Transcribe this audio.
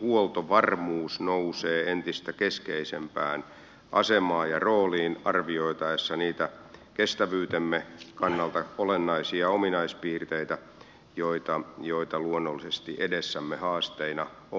huoltovarmuus nousee entistä keskeisempään asemaan ja rooliin arvioitaessa niitä kestävyytemme kannalta olennaisia ominaispiirteitä joita luonnollisesti edessämme haasteina on